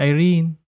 Irene